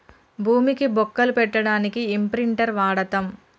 భూమికి బొక్కలు పెట్టడానికి ఇంప్రింటర్ వాడతం